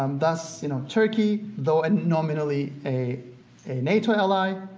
um does you know turkey, though nominally a a nato ally,